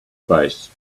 space